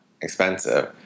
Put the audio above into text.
expensive